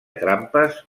trampes